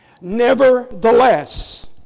Nevertheless